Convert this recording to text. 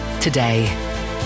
today